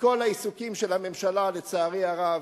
ומכל העיסוקים של הממשלה, לצערי הרב,